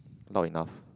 loud enough